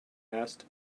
asked